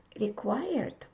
required